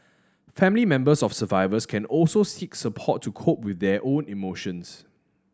family members of survivors can also seek support to cope with their own emotions